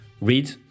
read